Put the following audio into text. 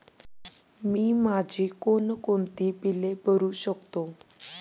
मी माझी कोणकोणती बिले भरू शकतो?